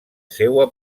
seua